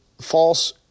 false